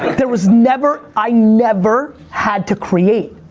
there's never, i never had to create.